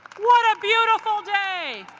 what a beautiful day.